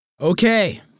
Okay